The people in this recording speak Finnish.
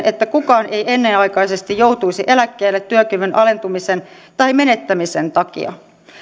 että kukaan ei ennenaikaisesti joutuisi eläkkeelle työkyvyn alentumisen tai menettämisen takia